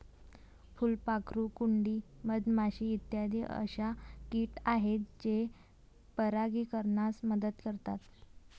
फुलपाखरू, कुंडी, मधमाशी इत्यादी अशा किट आहेत जे परागीकरणास मदत करतात